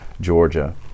georgia